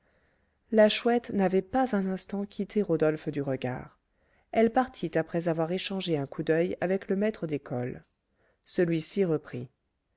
la chouette n'avait pas un instant quitté rodolphe du regard elle partit après avoir échangé un coup d'oeil avec le maître d'école celui-ci reprit